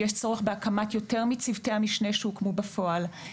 יש צורך בהקמת יותר מצוותי המשנה שהוקמו בפועל.